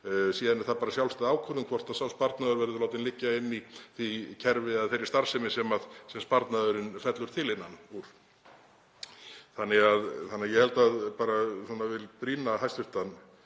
Síðan er það bara sjálfstæð ákvörðun hvort sá sparnaður verður látinn liggja inni í því kerfi eða þeirri starfsemi sem sparnaðurinn fellur til innan. Þannig að ég vil brýna hæstv.